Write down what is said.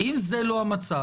אם זה לא המצב,